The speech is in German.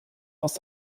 aus